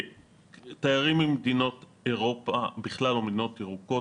מדינות ממדינות אירופה בכלל או מדינות ירוקות,